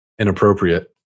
inappropriate